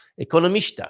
Economista